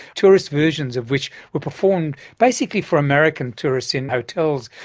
tourist versions of which were performed basically for american tourists in hotels,